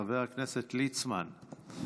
חבר הכנסת ליצמן,